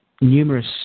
numerous